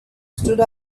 stood